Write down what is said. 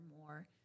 more